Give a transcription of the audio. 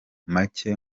make